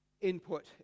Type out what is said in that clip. input